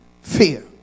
fear